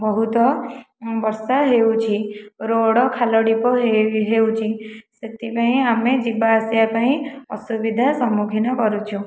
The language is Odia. ବହୁତ ବର୍ଷା ହେଉଛି ରୋଡ଼ ଖାଲ ଢିପ ହେଉଛି ସେଥିପାଇଁ ଆମେ ଯିବା ଆସିବା ପାଇଁ ଅସୁବିଧା ସମ୍ମୁଖୀନ କରୁଛୁ